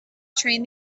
train